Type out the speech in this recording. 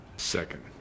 Second